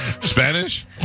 Spanish